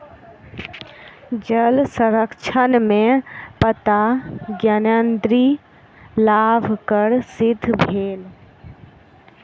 जल संरक्षण में पत्ता ज्ञानेंद्री लाभकर सिद्ध भेल